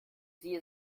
sie